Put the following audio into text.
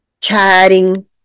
Chatting